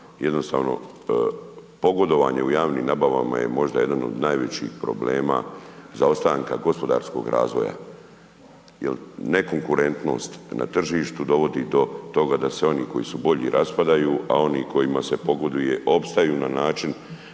jednostavno pogodovanje u javnim nabavama je možda jedan od najvećih problema zaostanka gospodarskog razvoja. Jer ne konkurentnost na tržištu dovodi do toga da se oni koji su bolji raspadaju a oni kojima se pogoduje opstaju na način